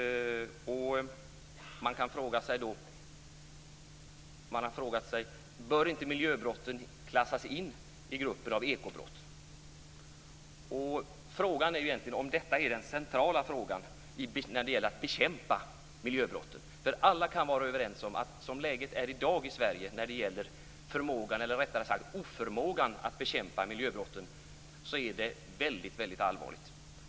Man har frågat sig om inte miljöbrotten bör klassas in i gruppen ekobrott. Frågan är egentligen om detta är den centrala frågeställningen när det gäller bekämpandet av miljöbrotten. Alla kan vara överens om att läget i Sverige i dag vad gäller förmågan, eller rättare sagt oförmågan, att bekämpa miljöbrotten är väldigt allvarligt.